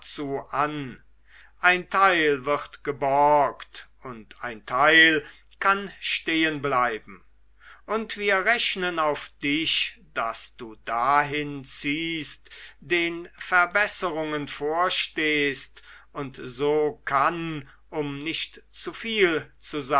dazu an ein teil wird geborgt und ein teil kann stehenbleiben und wir rechnen auf dich daß du dahin ziehst den verbesserungen vorstehst und so kann um nicht zu viel